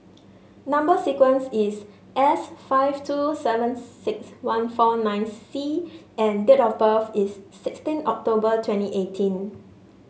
number sequence is S five two seven six one four nine C and date of birth is sixteen October twenty eighteen